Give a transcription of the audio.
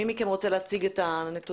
מי מכם רוצה להציג את הנתונים?